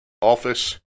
office